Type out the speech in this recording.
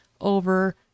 over